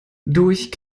durch